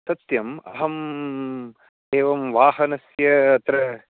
सत्यम् अहम् एवं वाहनस्य अत्र